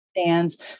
stands